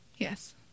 Yes